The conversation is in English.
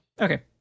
Okay